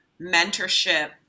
mentorship